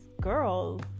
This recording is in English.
girls